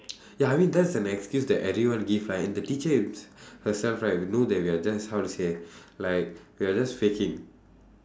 ya I mean that's an excuse that everyone give right and the teacher hims~ herself right will know that we are just how to say like we are just faking